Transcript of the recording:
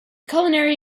culinary